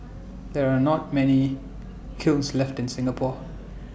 there are not many kilns left in Singapore